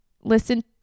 listen